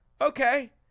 okay